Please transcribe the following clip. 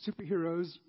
superheroes